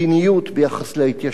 בכל שטחי יהודה ושומרון.